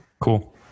Cool